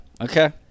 okay